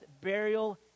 burial